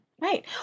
Right